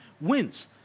wins